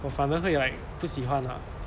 我反而会 like 不喜欢欢啊